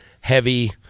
heavy